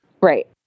Right